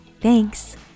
Thanks